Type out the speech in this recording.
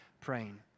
praying